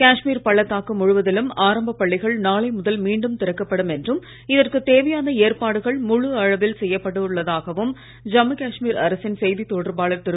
காஷ்மீர் பள்ளத்தாக்கு முழுவதிலும் ஆரம்பப் பள்ளிகள் நாளை முதல் மீண்டும் திறக்கப்படும் என்றும் இதற்குத் தேவையான ஏற்பாடுகள் முழு அளவில் செய்யப் பட்டுள்ளதாகவும் ஜம்மு காஷ்மீர் அரசின் செய்தித் தொடர்பாளர் திரு